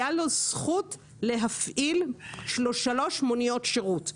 הייתה לו זכות להפעיל שלוש מוניות שירות.